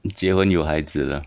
结婚有孩子了